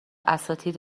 اساتید